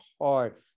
hard